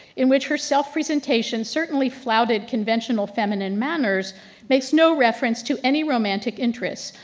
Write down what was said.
in which her self presentation certainly floated conventional feminine manners makes no reference to any romantic interests,